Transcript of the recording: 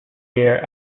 year